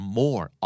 more